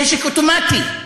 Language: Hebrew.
נשק אוטומטי.